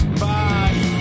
bye